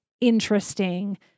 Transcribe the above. interesting